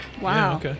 Wow